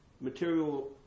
material